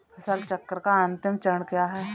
फसल चक्र का अंतिम चरण क्या है?